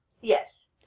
Yes